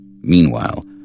Meanwhile